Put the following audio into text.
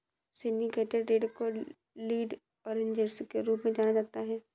syndicated ऋण को lead arrangers के रूप में जाना जाता है